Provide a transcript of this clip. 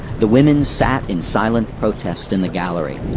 the women sat in silent protest in the gallery,